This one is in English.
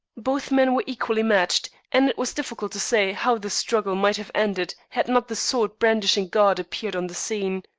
both men were equally matched, and it was difficult to say how the struggle might have ended had not the sword-brandishing guard appeared on the scene.